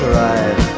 right